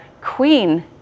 queen